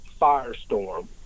firestorm